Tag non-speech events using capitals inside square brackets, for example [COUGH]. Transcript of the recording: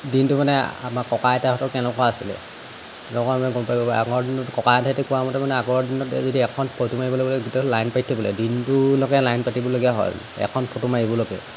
দিনটো মানে আমাৰ ককা আইতহঁতৰ কেনেকুৱা আছিলে [UNINTELLIGIBLE] আগৰ দিনত ককা আইতাহঁতি কোৱামতে মানে আগৰ দিনত যদি এখন ফটো মাৰিবলৈ গ'লে গোটে লাইন পাতিব লাগে দিনটো লগে লাইন পাতিবলগীয়া হয় এখন ফটো মাৰিবলৈকে